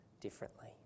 differently